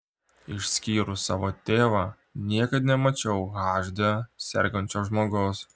išskyrus savo tėvą niekad nemačiau hd sergančio žmogaus